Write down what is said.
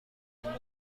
میکنه